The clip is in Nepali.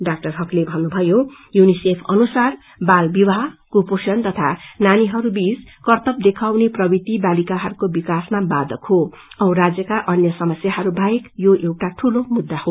डा हकले भन्नुथयो युनिसेफ अनुसार बाल विवाह कुपोषण तथा नानीहरूवीच करतब देखाउने प्रवृति बालिकाहरूको विकासमा बाधक हो औ राज्यका अन्य समस्यावाहेक यो एउटा दूलो मुद्दा हो